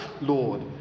lord